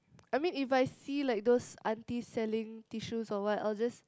I mean if I see like those aunty selling tissues or what I'll just